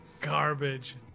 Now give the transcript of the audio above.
garbage